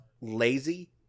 lazy